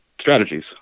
strategies